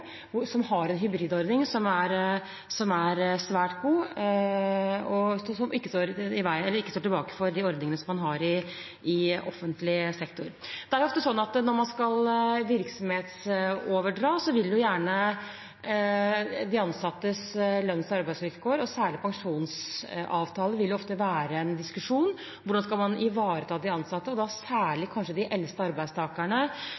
som man har i offentlig sektor. Det er ofte sånn at når man skal virksomhetsoverdra, vil ofte de ansattes lønns- og arbeidsvilkår og særlig pensjonsavtaler være en diskusjon. Hvordan skal man ivareta de ansatte, og da